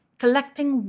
collecting